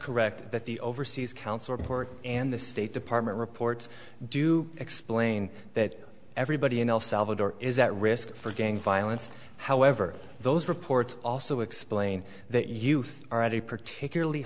correct that the overseas council report and the state department reports do explain that everybody in el salvador is at risk for gang violence however those reports also explain that youth are at a particularly